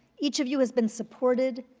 each of you has been supported,